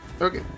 Okay